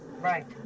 Right